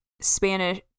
Spanish